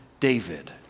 David